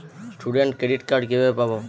Student credit card কিভাবে পাব?